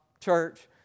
church